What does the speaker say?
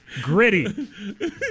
Gritty